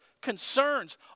concerns